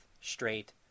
straight